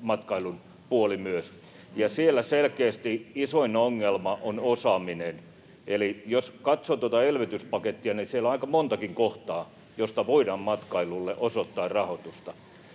matkailun puoli myös, ja siellä selkeästi isoin ongelma on osaaminen. Eli jos katsoo tuota elvytyspakettia, niin siellä on aika montakin kohtaa, joista voidaan matkailulle osoittaa rahoitusta.